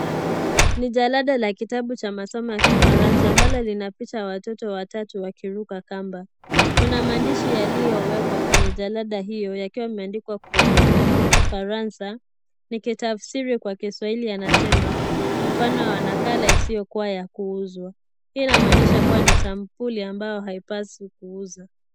Ni jalada la kitabu cha masomo ya kifaranza ambalo lina picha ya watoto watatu wakiruka kamba. Kuna maandisho yaliyowekwa kwenye jalada hilo yakiwa yameandikwa kwenye kifaranza, nikitafsiri kwa kiswahili yanasema mfano wa nakala isiyokuwa ya kuuzwa. Hii inamaanisha kuwa ni sampuli ambayo haipaswi kuuzwa.